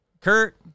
Kurt